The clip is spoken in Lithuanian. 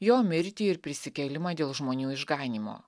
jo mirtį ir prisikėlimą dėl žmonių išganymo